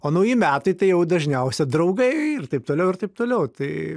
o nauji metai tai jau dažniausia draugai ir taip toliau ir taip toliau tai